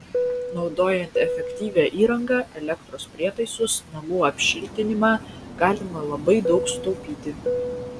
naudojant efektyvią įrangą elektros prietaisus namų apšiltinimą galima labai daug sutaupyti